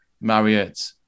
Marriott